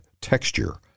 texture